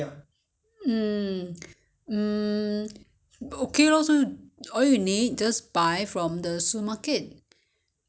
你要煮到很软他才会吃的不然 ming qing 不会吃你要煮到很软要就是要切就是要